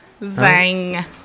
Zang